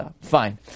Fine